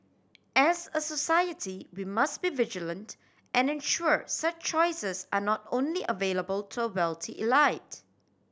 as a society we must be vigilant and ensure such choices are not only available to a wealthy elite